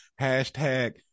Hashtag